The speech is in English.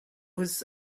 was